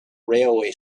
railway